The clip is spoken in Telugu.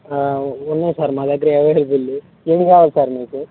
ఉన్నాయి సార్ మా దగ్గర అవైలబుల్ ఏవి కావాలి సార్ మీకు